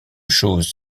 choses